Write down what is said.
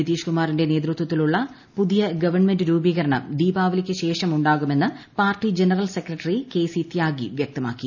നിതീഷ് കുമാറിന്റെ നേതൃത്വത്തിലുള്ള പുതിയ ഗവൺമെന്റ് രൂപീകരണം ദീപാവലിക്ക് ശേഷം ഉണ്ടാകുമെന്ന് party general secretary K C Tyagi വ്യക്തമാക്കി